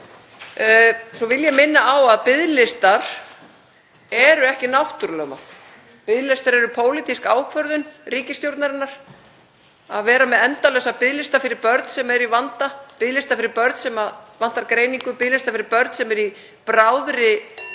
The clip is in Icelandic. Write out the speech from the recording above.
Svo vil ég minna á að biðlistar eru ekki náttúrulögmál. Biðlistar eru pólitísk ákvörðun ríkisstjórnarinnar um að vera með endalausa biðlista. Biðlistar fyrir börn sem eru í vanda, biðlistar fyrir börn sem vantar greiningu, biðlistar fyrir börn sem eru í bráðri þörf